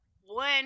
one